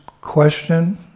question